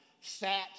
sat